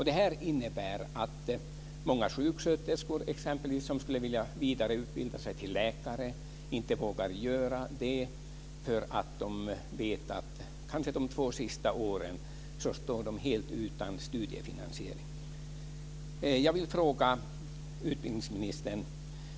Detta innebär att t.ex. många sjuksköterskor som skulle vilja vidareutbilda sig till läkare inte vågar göra det på grund av att de under de två sista åren kanske kommer att stå helt utan studiefinansiering. Jag vill ställa en fråga till utbildningsministern.